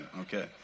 Okay